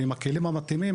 ועם הכלים המתאימים,